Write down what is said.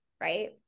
right